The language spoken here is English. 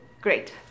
Great